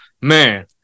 Man